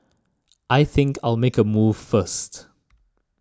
I think I'll make a move first